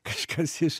kažkas iš